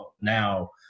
now